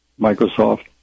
Microsoft